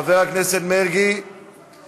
חבר הכנסת מרגי, יש לך הצעה לסדר-היום שעולה כעת.